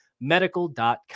medical.com